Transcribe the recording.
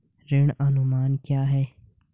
ऋण अनुमान क्या है?